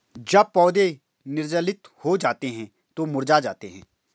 जब पौधे निर्जलित हो जाते हैं तो मुरझा जाते हैं